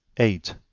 eight.